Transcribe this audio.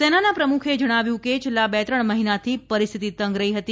સૈનાના પ્રમુખે કહ્યું હતું કે છેલ્લા બે ત્રણ મહિનાથી પરિસ્થિતિ તંગ રહી હતી